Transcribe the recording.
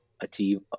achieve